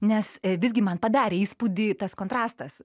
nes visgi man padarė įspūdį tas kontrastas